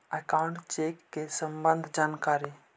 Account check के सम्बन्ध जानकारी?